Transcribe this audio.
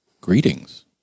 Greetings